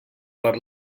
per